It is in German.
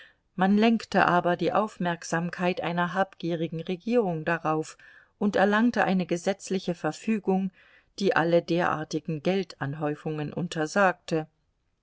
man lenkte aber die aufmerksamkeit einer habgierigen regierung darauf und erlangte eine gesetzliche verfügung die alle derartigen geldanhäufungen untersagte